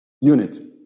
unit